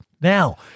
Now